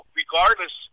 regardless